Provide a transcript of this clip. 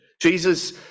Jesus